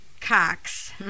Cox